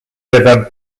river